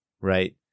right